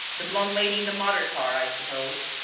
the blonde lady in the motor-car, i suppose?